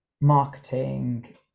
marketing